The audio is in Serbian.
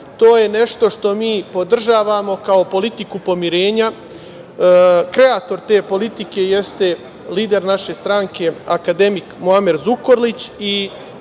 je nešto što mi podržavamo kao politiku pomirenja. Kreator te politike jeste lider naše stranke akademik Muamer Zukorlić i